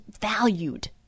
valued